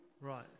Right